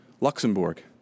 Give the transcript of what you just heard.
Luxembourg